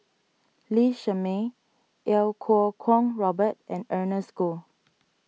Lee Shermay Iau Kuo Kwong Robert and Ernest Goh